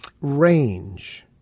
range